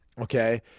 okay